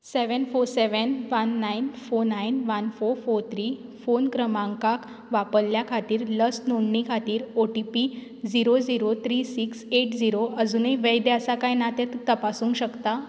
seven four seven one nine four nine one four four three phone क्रमांकाक वापरल्या खातीर लस नोंदणी खातीर O T P zero zero three six eight zero अजुनय वैध आसा काय ना तें तूं तपासूंक शकता